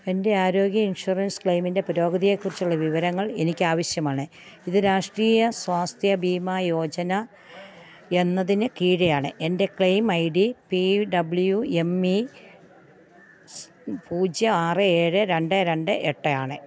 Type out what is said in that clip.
എൻ്റെ ആരോഗ്യ ഇൻഷുറൻസ് ക്ലെയിമിൻ്റെ പുരോഗതിയെക്കുറിച്ചുള്ള വിവരങ്ങൾ എനിക്കാവശ്യമാണ് ഇത് രാഷ്ട്രീയ സ്വാസ്ഥ്യ ബീമാ യോജന എന്നതിന് കീഴെയാണ് എൻ്റെ claim I D P W M E പൂജ്യം ആറ് ഏഴ് രണ്ട് രണ്ട് എട്ട് ആണ്